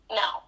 no